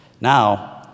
Now